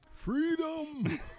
Freedom